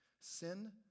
Sin